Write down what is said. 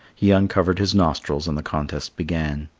he uncovered his nostrils, and the contest began.